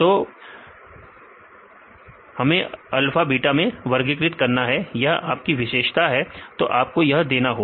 तो हमें alpha beta में वर्गीकृत करना है यह आप की विशेषता है तो आपको क्या देना होगा